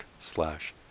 slash